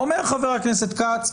אומר חה"כ כץ,